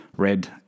red